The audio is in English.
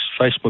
Facebook